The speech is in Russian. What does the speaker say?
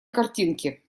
картинке